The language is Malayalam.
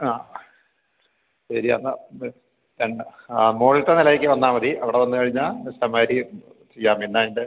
ആ ശരി എന്നാൽ ഇത് തരേണ്ട ആ മോളിലത്തെ നിലയിലേക്ക് വന്നാൽ മതി അവിടെ വന്ന് കഴിഞ്ഞാൽ ഇഷ്ടം മാതിരി ചെയ്യാം പിന്നെ അതിൻ്റെ